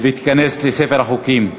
ותיכנס לספר החוקים.